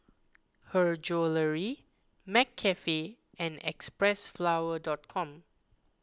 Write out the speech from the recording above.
Her Jewellery McCafe and Xpressflower dot com